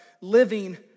living